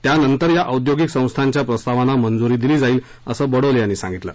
त्यानंतर या औद्योगिक संस्थांच्या प्रस्तावांना मंजुरी दिली जाईल असं बडोले यांनी सांगितलं